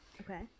okay